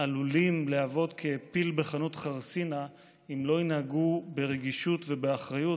עלולים להיות כפיל בחנות חרסינה אם לא ינהגו ברגישות ובאחריות,